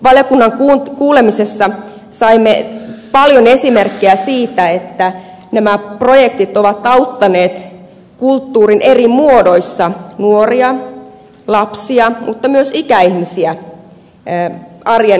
valiokunnan kuulemisessa saimme paljon esimerkkejä siitä että nämä projektit ovat auttaneet kulttuurin eri muodoissa nuoria lapsia mutta myös ikäihmisiä arjen askareissa